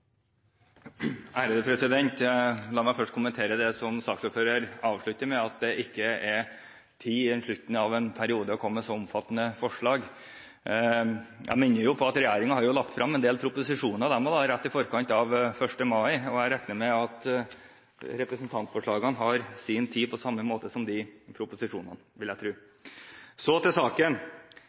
slutten av en periode, å komme med så omfattende forslag. Jeg minner om at regjeringen har lagt frem en del proposisjoner rett i forkant av 1. mai, og jeg regner med at representantforslagene har sin tid, på samme måte som proposisjonene har det. Så til saken: